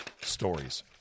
stories